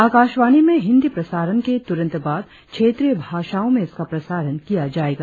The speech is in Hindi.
आकाशवाणी में हिन्दी प्रसारण के तुरन्त बाद क्षेत्रीय भाषाओ में इसका प्रसारण किया जायेगा